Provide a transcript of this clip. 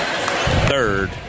third